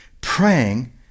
praying